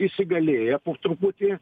įsigalėja po truputį